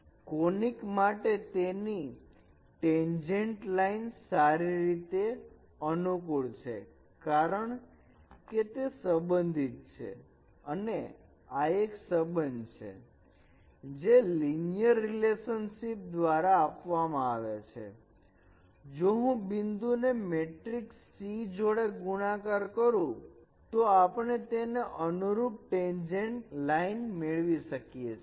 conic માટે તેની tangent line સારી રીતે અનુકૂળ છે કારણ કે તે સંબંધિત છે અને આ એક સંબંધ છે જે લિનિયર રિલેશનશિપ દ્વારા આપવામાં આવે છે જો હું બિંદુને મેટ્રિકસ C જોડે ગુણાકાર કરૂ તો આપણે તેને અનુરૂપ ટેન્જેન્ટ લાઇન મેળવી શકીએ છીએ